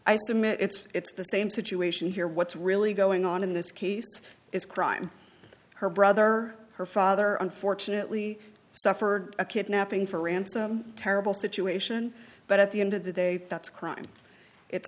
submit it's it's the same situation here what's really going on in this case is crime her brother her father unfortunately suffered a kidnapping for ransom terrible situation but at the end of the day that's a crime it's